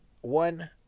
one